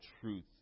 truth